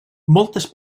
moltes